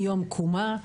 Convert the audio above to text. מיום קומה,